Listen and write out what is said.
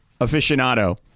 aficionado